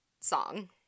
song